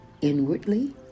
inwardly